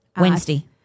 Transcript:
Wednesday